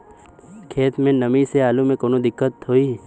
खेत मे नमी स आलू मे कऊनो दिक्कत होई?